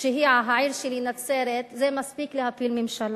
שהיא העיר שלי, נצרת, זה מספיק להפיל ממשלה.